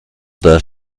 das